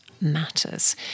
matters